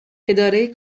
اداره